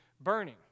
burning